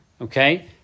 Okay